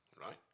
right